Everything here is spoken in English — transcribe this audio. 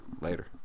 later